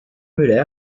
muller